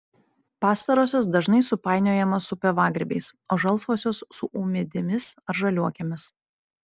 pastarosios dažnai supainiojamos su pievagrybiais o žalsvosios su ūmėdėmis ar žaliuokėmis